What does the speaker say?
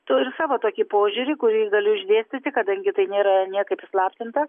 turiu savo tokį požiūrį kurį galiu išdėstyti kadangi tai nėra niekaip įslaptinta